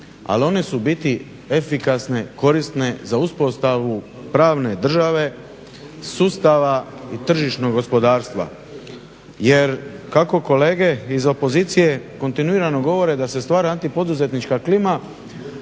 ali one su u biti efikasne, korisne, za uspostavu pravne države, sustava i tržišnog gospodarstva jer kako kolege iz opozicije kontinuirano govore da se stvara antipoduzetnička klima.